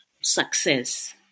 success